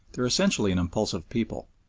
they are essentially an impulsive people.